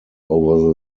over